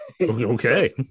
Okay